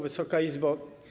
Wysoka Izbo!